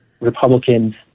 Republicans